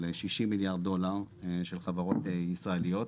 של שישים מיליארד דולר של חברות ישראליות.